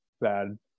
bad